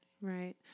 right